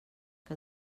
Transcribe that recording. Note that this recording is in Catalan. que